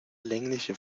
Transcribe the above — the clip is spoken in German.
längliche